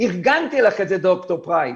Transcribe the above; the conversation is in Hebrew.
ארגנתי לך את זה, ד"ר פרייס.